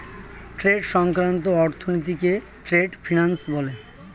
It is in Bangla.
ট্রেড সংক্রান্ত অর্থনীতিকে ট্রেড ফিন্যান্স বলে